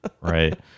right